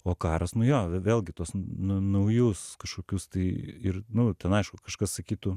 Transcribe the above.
o karas nu jo vėlgi tuos nu naujus kažkokius tai ir nu ten aišku kažkas sakytų